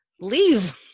Leave